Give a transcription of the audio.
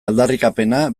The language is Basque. aldarrikapena